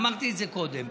אמרתי את זה קודם,